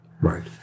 Right